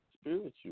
spiritual